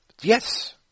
Yes